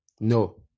No